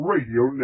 Radio